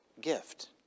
gift